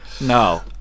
no